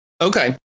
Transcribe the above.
okay